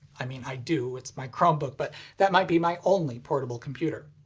i mean, i do, it's my chromebook, but that might be my only portable computer.